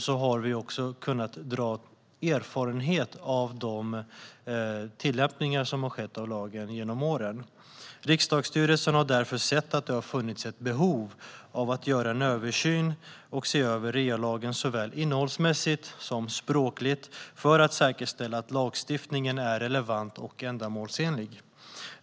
Vi har dessutom kunnat dra erfarenheter av lagens tillämpning genom åren. Riksdagsstyrelsen har därför sett att det har funnits ett behov av att se över REA-lagen såväl innehållsmässigt som språkligt, för att säkerställa att lagstiftningen är relevant och ändamålsenlig.